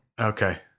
Okay